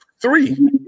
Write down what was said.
three